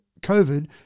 COVID